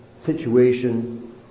situation